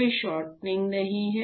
कोई शॉर्टिंग नहीं है